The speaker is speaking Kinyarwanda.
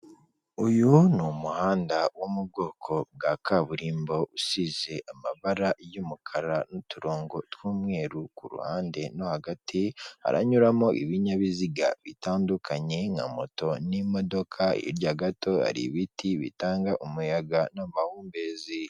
Uyu ni umuhanda wo mu bwoko bwa kaburimbo, usize amabara y'umukara n'uturongo tw'umweru kuhande no hagati, haranyumo ibinyabiziga bitandukanye nka moto n'imodoka, hrya gato hari ibiti bitanga umuyaga n'amahumbezi.